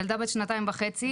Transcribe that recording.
ילדה בת שנתיים וחצי,